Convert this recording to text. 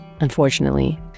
unfortunately